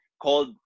Called